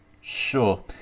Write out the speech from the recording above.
Sure